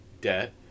Debt